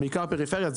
זה